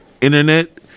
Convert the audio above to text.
internet